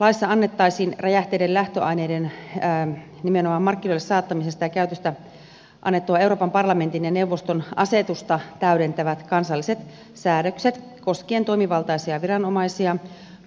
laissa annettaisiin räjähteiden lähtöaineiden nimenomaan markkinoille saattamisesta ja käytöstä annettua euroopan parlamentin ja neuvoston asetusta täydentävät kansalliset säädökset koskien toimivaltaisia viranomaisia